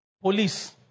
Police